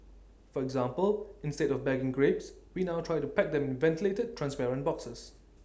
for example instead of bagging grapes we now try to pack them in ventilated transparent boxes